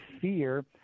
fear